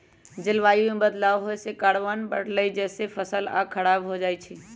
जलवायु में बदलाव होए से कार्बन बढ़लई जेसे फसल स खराब हो जाई छई